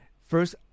first